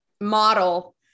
model